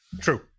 True